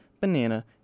banana